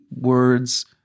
words